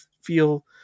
feel